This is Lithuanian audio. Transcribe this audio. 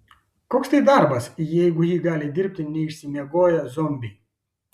koks tai darbas jeigu jį gali dirbti neišsimiegoję zombiai